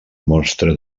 monstre